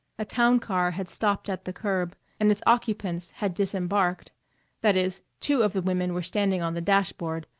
a town car had stopped at the curb and its occupants had disembarked that is, two of the women were standing on the dashboard,